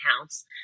house